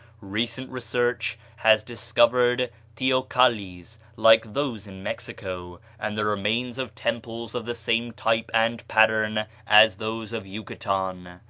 recent research has discovered teocallis like those in mexico, and the remains of temples of the same type and pattern as those of yucatan.